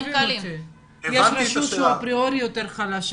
יש רשות שאפריורי היא יותר חלשה.